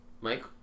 Mike